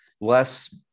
less